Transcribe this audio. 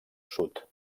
sud